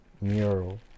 mural